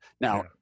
Now